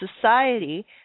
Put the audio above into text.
Society